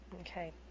okay